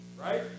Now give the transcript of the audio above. right